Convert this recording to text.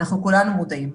כולנו מודעים.